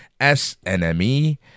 snme